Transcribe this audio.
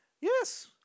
Yes